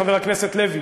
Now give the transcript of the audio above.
חבר הכנסת לוי,